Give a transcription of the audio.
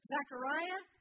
Zechariah